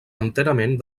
enterament